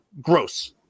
Gross